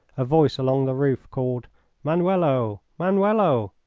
a voice along the roof called manuelo! manuelo!